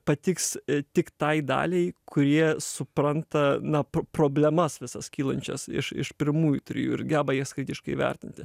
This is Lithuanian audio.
patiks tik tai daliai kurie supranta na pro problemas visas kylančias iš iš pirmųjų trijų ir geba jas kritiškai vertinti